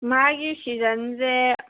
ꯃꯥꯒꯤ ꯁꯤꯖꯟꯁꯦ